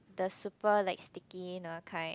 the super like sticky nua kind